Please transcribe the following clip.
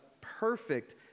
perfect